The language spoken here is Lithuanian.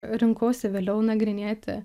rinkausi vėliau nagrinėti